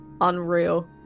Unreal